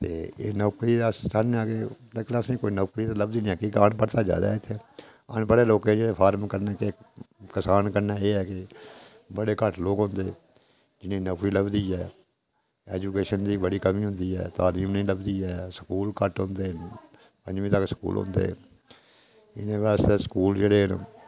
एह् नौकरी दा साढ़े नै केह् नौकरी ते असेंगी लभदी निं ऐ क्योंकि अनपढ़ता जादा इत्थें अनपढ़ लोकें कन्नै करसान कन्नै एह् ऐ कि बड़े घट्ट लोक होंदे जि'नेंगी नौकरी लभदी ऐ एजूकेशन दी बड़ी कमी होंदी ऐ तालीम निं लभदी ऐ स्कूल घट्ट होंदे पंञमी तक्कर स्कूल होंदे इनें आस्तै स्कूल जेह्ड़े न